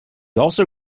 also